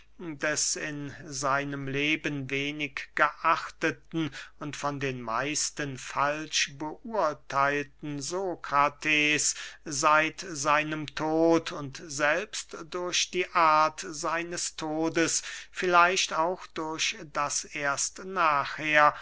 des in seinem leben wenig geachteten und von den meisten falsch beurtheilten sokrates seit seinem tod und selbst durch die art seines todes vielleicht auch durch das erst nachher